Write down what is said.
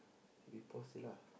repost it lah